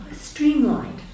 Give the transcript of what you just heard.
streamlined